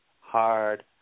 hard